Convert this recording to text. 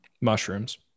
Mushrooms